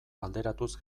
alderatuz